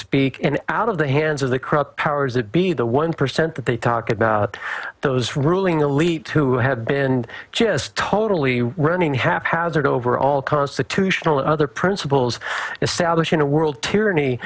speak and out of the hands of the corrupt powers that be the one percent that they talk about those ruling elite who have been just totally running haphazard over all constitutional and other principles establishing a world tyranny